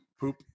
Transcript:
poop